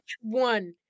one